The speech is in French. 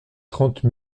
trente